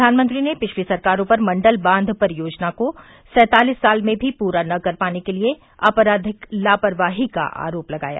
प्रधानमंत्री ने पिछली सरकारों पर मण्डल बांध परियोजना को सैंतालिस साल में भी पूरा न कर पाने के लिए आपराधिक लापरवाही का आरोप लगाया